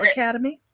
Academy